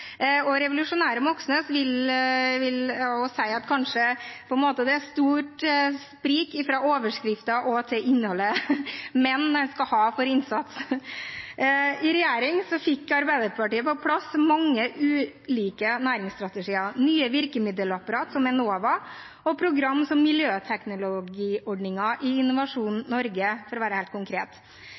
til revolusjonære Moxnes vil jeg si at det kanskje er et stort sprik fra overskriften til innholdet – men han skal ha for innsats. I regjering fikk Arbeiderpartiet på plass mange ulike næringsstrategier, nye virkemiddelapparat, som Enova, og program, som miljøteknologiordningen i Innovasjon Norge – for å være helt konkret.